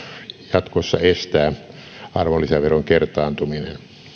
jatkossa estää arvonlisäveron kertaantuminen